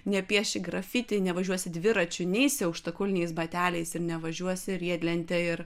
nepieši grafiti nevažiuosi dviračiu neisi aukštakulniais bateliais ir nevažiuosi riedlente ir